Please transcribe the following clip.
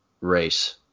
race